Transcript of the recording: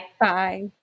Bye